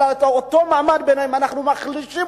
אבל את אותו מעמד ביניים אנחנו מחלישים.